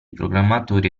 programmatori